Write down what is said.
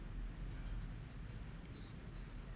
they say supposed to have phase two B right